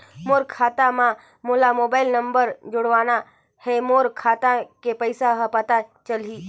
मोर खाता मां मोला मोबाइल नंबर जोड़वाना हे मोर खाता के पइसा ह पता चलाही?